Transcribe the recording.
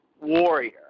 Warrior